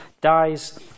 dies